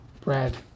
bread